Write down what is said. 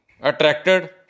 attracted